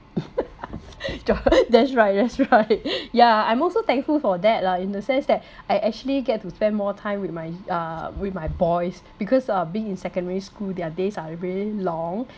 that's right that's right yeah I'm also thankful for that lah in the sense that I actually get to spend more time with my uh with my boys because uh being in secondary school their days are really long